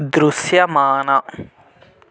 దృశ్యమాన